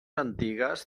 antigues